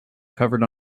covered